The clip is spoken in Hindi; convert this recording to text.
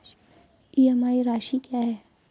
ई.एम.आई राशि क्या है?